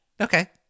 okay